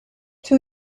two